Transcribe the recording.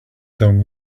them